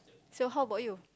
so how about you